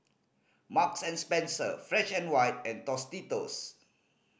Marks and Spencer Fresh and White and Tostitos